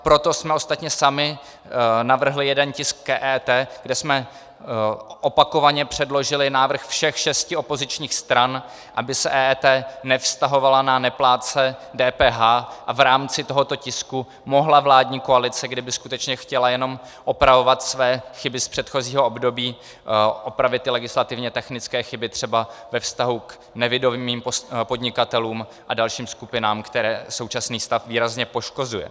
Proto jsme ostatně sami navrhli jeden tisk k EET, kde jsme opakovaně předložili návrh všech šesti opozičních stran, aby se EET nevztahovala na neplátce DPH, a v rámci tohoto tisku mohla vládní koalice, kdyby skutečně chtěla jenom opravovat své chyby z předchozího období, opravit ty legislativně technické chyby třeba ve vztahu k nevidomým podnikatelům a dalším skupinám, které současný stav výrazně poškozuje.